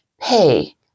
pay